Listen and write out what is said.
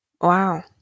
Wow